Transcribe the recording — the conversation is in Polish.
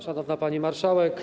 Szanowna Pani Marszałek!